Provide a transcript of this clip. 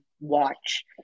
watch